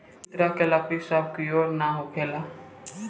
ए तरह के लकड़ी सब कियोर ना होखेला